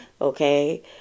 okay